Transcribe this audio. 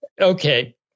Okay